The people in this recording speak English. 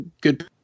good